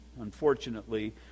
unfortunately